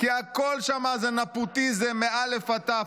כי הכול שם זה נפוטיזם מאלף ועד תו.